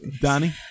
Danny